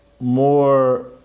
more